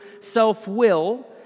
self-will